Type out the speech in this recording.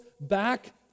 back